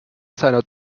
seiner